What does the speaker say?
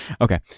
Okay